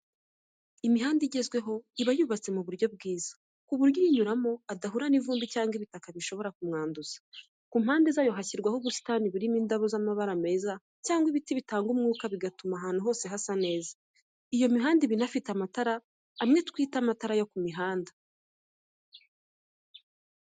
Imihanda igezweho iba yubatse mu buryo bwiza, ku buryo uyinyuramo adahura n'ivumbi cyangwa ibitaka bishobora kumwanduza. Ku mpande zayo, hashyirwaho ubusitani burimo indabo z'amabara meza cyangwa ibiti bitanga umwuka mwiza, bigatuma ahantu hose hasa neza. Iyo mihanda iba inafite amatara amwe twita amatara yo ku muhanda.